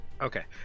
Okay